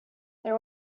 there